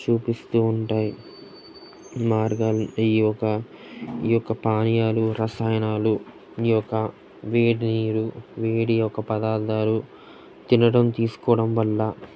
చూపిస్తూ ఉంటాయి మార్గాలు ఈ యొక్క ఈ యొక్క పానీయాలు రసాయనాలు ఈ యొక్క వేడి నీరు వేడి యొక్క పదార్థాలు తినడం తీసుకోవడం వల్ల